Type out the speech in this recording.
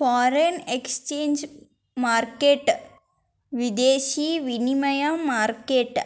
foreign exchange ಮಾರ್ಕೆಟ್ಗ್ ವಿದೇಶಿ ವಿನಿಮಯ ಮಾರುಕಟ್ಟೆ